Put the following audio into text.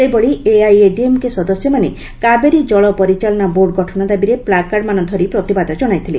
ସେହିଭଳି ଏଆଇଏଡିଏମ୍କେ ସଦସ୍ୟମାନେ କାବେରୀ କ୍କଳ ପରିଚାଳନା ବୋର୍ଡ଼ ଗଠନ ଦାବିରେ ପ୍ଲାକାର୍ଡ଼ମାନ ଧରି ପ୍ରତିବାଦ ଜଣାଇଥିଲେ